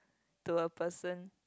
to a person